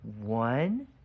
One